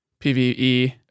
PvE